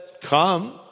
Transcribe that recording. come